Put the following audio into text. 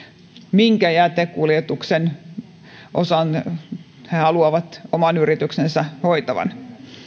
minkä jätekuljetuksen osan ne haluavat oman yrityksensä hoitavan